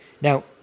Now